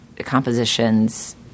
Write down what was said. Compositions